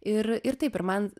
ir ir taip ir man